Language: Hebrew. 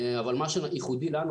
אבל מה שייחודי לנו,